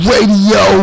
Radio